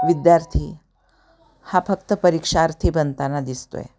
विद्यार्थी हा फक्त परीक्षार्थी बनताना दिसतोय